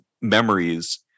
memories